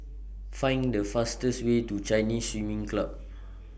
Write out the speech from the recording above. Find The fastest Way to Chinese Swimming Club